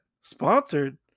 Sponsored